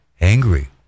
angry